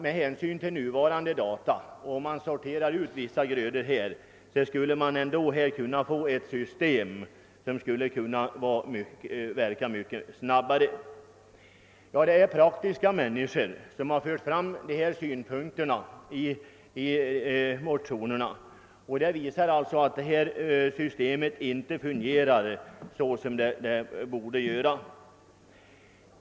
Med en utsortering av vissa grödor och med användning av modern datateknik tycker jag att man borde kunna få ett system som verkar snabbare. Dessa synpunkter har också praktiska människor fört fram i de motioner som väckts i detta ärende, och även det visar ju att systemet inte fungerar som det borde göra.